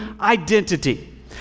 identity